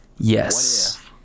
Yes